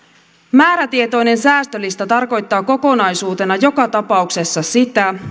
määrätietoinen säästölista tarkoittaa kokonaisuutena joka tapauksessa sitä